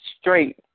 straight